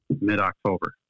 mid-October